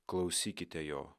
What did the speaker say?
klausykite jo